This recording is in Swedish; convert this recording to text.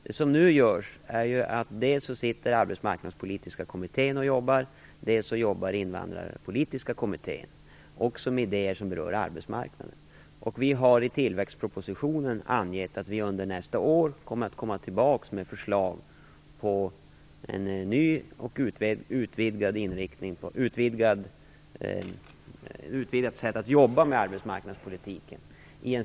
För närvarande arbetar dels Arbetsmarknadspolitiska kommittén, dels Vi har i tillväxtpropositionen angivit att vi avser att under nästa år i en särskild proposition komma tillbaka med förslag till ett nytt och utvidgat sätt att jobba med arbetsmarknadspolitiken.